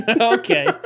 Okay